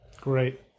Great